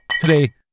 Today